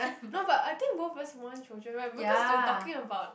no but I think both of us want children right because we were talking about